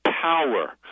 power